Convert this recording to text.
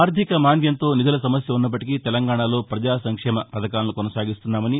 ఆర్థిక మాంద్యంతో నిధుల సమస్య ఉన్నప్పటికీ తెలంగాణలో ప్రజా సంక్షేమ పథకాలను కొనసాగిస్తున్నామని